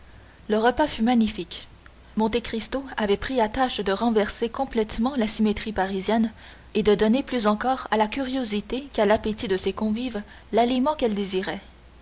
le repas fut magnifique monte cristo avait pris à tâche de renverser complètement la symétrie parisienne et de donner plus encore à la curiosité qu'à l'appétit de ses convives l'aliment qu'elle désirait